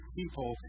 people